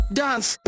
dance